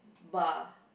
bar